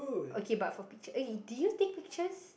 okay but for picture eh do you take pictures